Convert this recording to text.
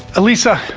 elissa,